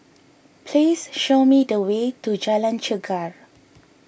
please show me the way to Jalan Chegar